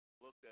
looked